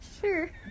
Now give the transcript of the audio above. Sure